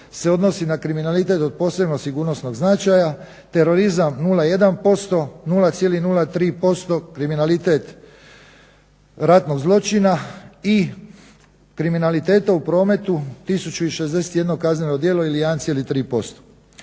se odnosi na kriminalitet od posebnog sigurnosnog značaja, terorizam 0,1%, 0,03% kriminalitet ratnog zločina i kriminaliteta u prometu 1 061 kazneno djelo ili 1,3%.